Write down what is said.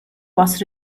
was